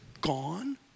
Gone